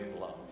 love